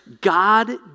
God